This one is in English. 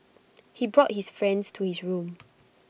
he brought his friends to his room